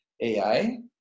AI